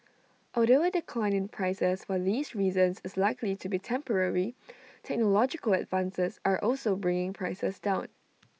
although A decline in prices for these reasons is likely to be temporary technological advances are also bringing prices down